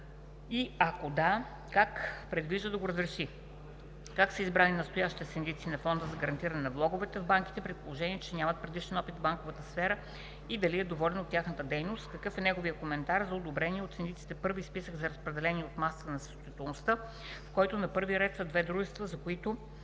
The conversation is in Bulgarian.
и ако да, как предвижда да го разреши? Как са избрани настоящите синдици на Фонда за гарантиране на влоговете в банките, при положение че нямат предишен опит в банковата сфера и дали е доволен от тяхната дейност? Какъв е неговият коментар за одобрения от синдиците първи списък за разпределение от масата на несъстоятелността, в който на първи ред са две дружества, за които